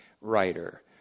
writer